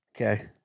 Okay